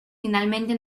finalmente